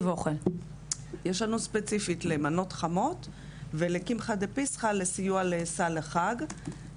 יש לנו ספציפית למנות חמות ולקמחא דפסחא לסיוע לסל החג,